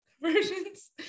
versions